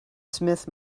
smith